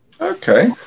Okay